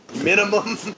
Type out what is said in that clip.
minimum